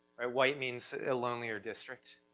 ah white means a lonelier district,